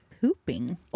pooping